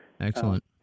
Excellent